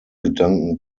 gedanken